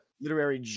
literary